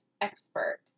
expert